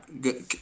good